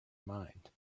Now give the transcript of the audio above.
mind